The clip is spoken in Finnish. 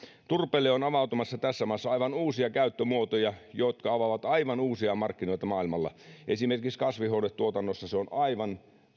turpeelle on avautumassa tässä maassa aivan uusia käyttömuotoja jotka avaavat aivan uusia markkinoita maailmalla esimerkiksi kasvihuonetuotannossa sillä on aivan